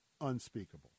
Unspeakable